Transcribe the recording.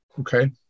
Okay